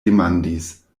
demandis